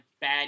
bad